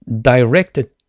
directed